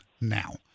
now